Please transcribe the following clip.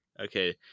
okay